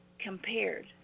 compared